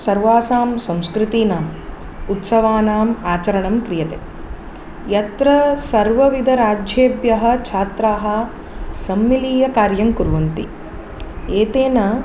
सर्वासां संस्कृतीनां उत्सवानाम् आचरणं क्रियते यत्र सर्वविधराज्येभ्यः छात्राः सम्मिलीयकार्यं कुर्वन्ति एतेन